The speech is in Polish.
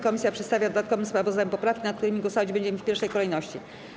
Komisja przedstawia w dodatkowym sprawozdaniu poprawki, nad którymi głosować będziemy w pierwszej kolejności.